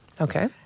okay